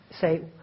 say